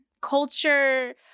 culture